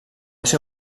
ser